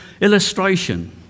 illustration